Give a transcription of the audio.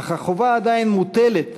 אך החובה עדיין מוטלת